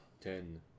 Ten